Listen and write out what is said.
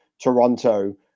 Toronto